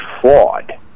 fraud